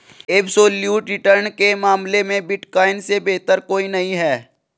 absolute return के मामले में बिटकॉइन से बेहतर कोई नहीं है